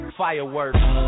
fireworks